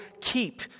keep